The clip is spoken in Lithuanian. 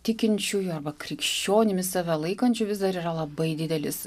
tikinčiųjų arba krikščionimis save laikančių vis dar yra labai didelis